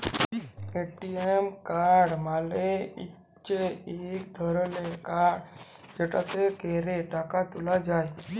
ATM card মালে হচ্যে ইক ধরলের কাড় যেটতে ক্যরে টাকা ত্যুলা যায়